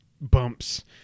bumps